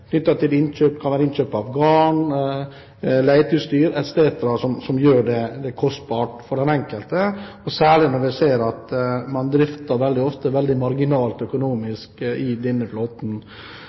kan være knyttet til innkjøp av garn, leteutstyr etc., som gjør det kostbart for den enkelte, særlig når vi ser at man drifter ofte veldig marginalt økonomisk i denne flåten.